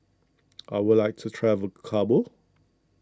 I would like to travel to Kabul